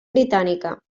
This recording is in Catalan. britànica